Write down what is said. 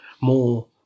more